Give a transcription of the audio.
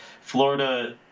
Florida